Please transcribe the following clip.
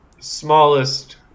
smallest